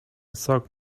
sok